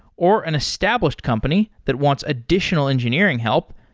or an established company that wants additional engineering help,